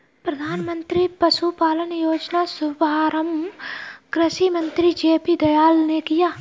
प्रधानमंत्री पशुपालन योजना का शुभारंभ कृषि मंत्री जे.पी दलाल ने किया